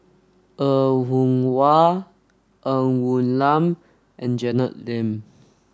Er Kwong Wah Ng Woon Lam and Janet Lim